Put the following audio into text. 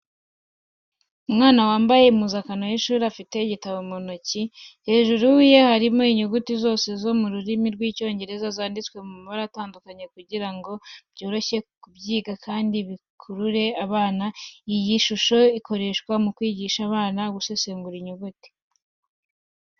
Umwana wambaye impuzankano y’ishuri ufite igitabo mu ntoki. Hejuru ye harimo inyuguti zose zo mu rurimi rw’Icyongereza zanditswe mu mabara atandukanye kugira ngo byorohe kubyiga kandi bikurure abana iyi shusho ikoreshwa mu kwigisha abana gusesengura inyuguti.